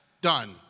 done